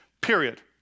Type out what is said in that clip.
period